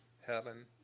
heaven